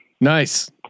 Nice